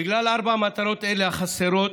בגלל ארבע מטרות אלה, החסרות,